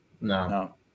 No